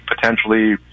potentially